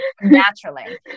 naturally